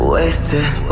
Wasted